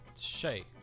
Shay